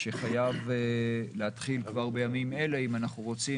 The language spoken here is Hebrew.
שחייב להתחיל כבר בימים אלה אם אנחנו רוצים